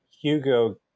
hugo